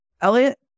Elliot